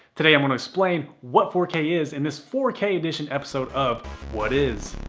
today i'm going to explain what four k is in this four k edition episode of what is.